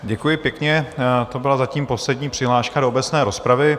Děkuji pěkně, to byla zatím poslední přihláška do obecné rozpravy.